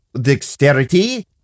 dexterity